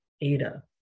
ADA